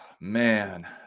man